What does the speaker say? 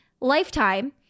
lifetime